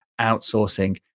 outsourcing